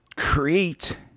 Create